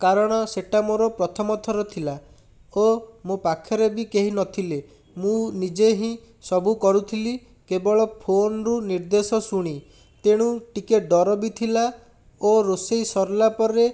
କାରଣ ସେଟା ମୋର ପ୍ରଥମ ଥର ଥିଲା ଓ ମୋ ପାଖରେ ବି କେହି ନଥିଲେ ମୁଁ ନିଜେ ହିଁ ସବୁ କରୁଥିଲି କେବଳ ଫୋନରୁ ନିର୍ଦ୍ଦେଶ ଶୁଣି ତେଣୁ ଟିକେ ଡ଼ର ବି ଥିଲା ଓ ରୋଷେଇ ସରିଲା ପରେ